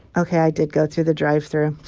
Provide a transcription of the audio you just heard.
ok, i did go through the drive-through